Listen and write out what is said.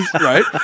right